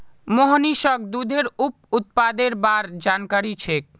मोहनीशक दूधेर उप उत्पादेर बार जानकारी छेक